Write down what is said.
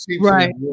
Right